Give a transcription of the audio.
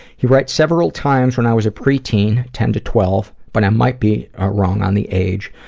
he writes, several times when i was a preteen, ten to twelve, but i might be wrong on the age,